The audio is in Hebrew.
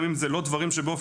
גם אם זה לא דברים ישירים,